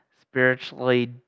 Spiritually